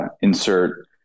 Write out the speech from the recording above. insert